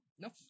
No